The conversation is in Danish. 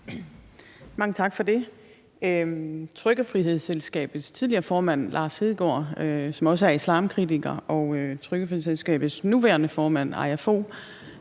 Mange tak for det. Trykkefrihedsselskabets tidligere formand Lars Hedegaard, som også er islamkritiker, og Trykkefrihedsselskabets nuværende formand, Aia Fog,